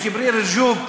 עם ג'יבריל רג'וב,